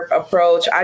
approach